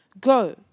Go